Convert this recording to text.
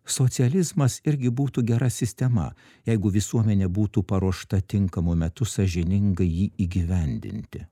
socializmas irgi būtų gera sistema jeigu visuomenė būtų paruošta tinkamu metu sąžiningai jį įgyvendinti